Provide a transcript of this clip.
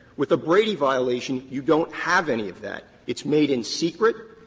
with a brady violation, you don't have any of that. it's made in secret.